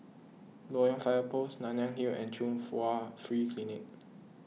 Loyang Fire Post Nanyang Hill and Chung Hwa Free Clinic